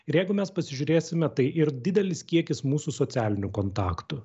ir jeigu mes pasižiūrėsime tai ir didelis kiekis mūsų socialinių kontaktų